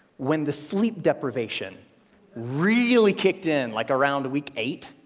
when the sleep deprivation really kicked in, like around week eight,